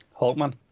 Hulkman